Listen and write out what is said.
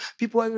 people